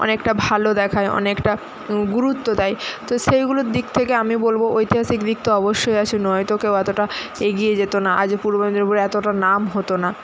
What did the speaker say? অনেকটা ভালো দেখায় অনেকটা গুরুত্ব দেয় তো সেইগুলোর দিক থেকে আমি বলবো ঐতিহাসিক দিক তো অবশ্যই আছে নয়তো কেউ এতটা এগিয়ে যেতো না আজ পূর্ব মেদিনীপুরের এতটা নাম হতো না